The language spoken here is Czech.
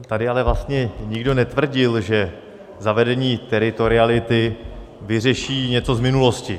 Tady ale nikdo netvrdil, že zavedení teritoriality vyřeší něco z minulosti.